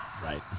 Right